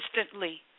instantly